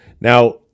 Now